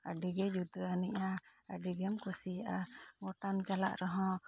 ᱟᱹᱰᱤ ᱜᱮ ᱡᱩᱫᱟ ᱟᱱᱤᱜᱼᱟ ᱟᱹᱰᱤ ᱜᱮᱢ ᱠᱩᱥᱤᱜᱼᱟ ᱜᱚᱴᱟᱢ ᱪᱟᱞᱟᱜ ᱨᱮᱦᱚᱸ